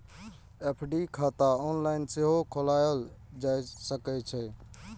FD खाता online सेहो खोलाएल जा सकै छै